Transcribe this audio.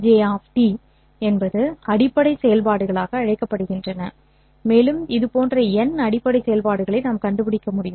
இந்த Ф j அடிப்படை செயல்பாடுகளாக அழைக்கப்படுகின்றன மேலும் இதுபோன்ற n அடிப்படை செயல்பாடுகளை நாம் கண்டுபிடிக்க முடியும்